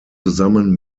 zusammen